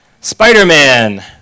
Spider-Man